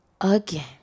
again